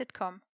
sitcom